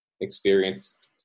experienced